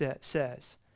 says